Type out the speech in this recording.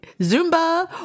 Zumba